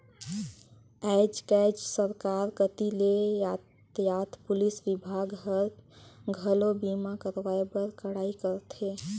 आयज कायज सरकार कति ले यातयात पुलिस विभाग हर, घलो बीमा करवाए बर कड़ाई करथे